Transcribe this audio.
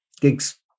gigs